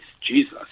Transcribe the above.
Jesus